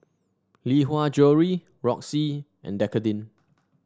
Lee Hwa Jewellery Roxy and Dequadin